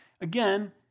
again